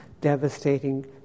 devastating